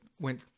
went